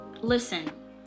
listen